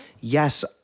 yes